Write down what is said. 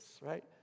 right